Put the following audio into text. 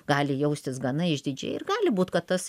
gali jaustis gana išdidžiai ir gali būt kad tas